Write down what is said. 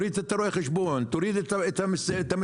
תוריד את הרואה חשבון,